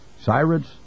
Cyrus